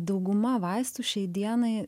dauguma vaistų šiai dienai